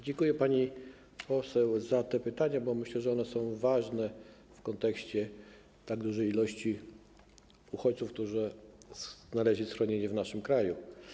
Dziękuję pani poseł za te pytania, bo myślę, że one są ważne w kontekście tak dużej ilości uchodźców, którzy znaleźli schronienie w naszym kraju.